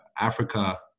Africa